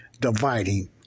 dividing